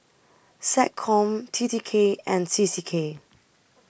Seccom T T K and C C K